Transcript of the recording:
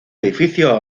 edificio